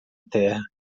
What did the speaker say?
terra